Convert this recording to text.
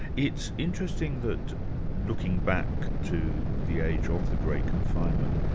it's interesting that looking back to the age of the great confinement,